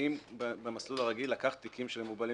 האם במסלול הרגיל לקחת תיקים של מוגבלים